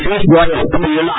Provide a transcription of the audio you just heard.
பியூஷ் கோயல் கூறியுள்ளார்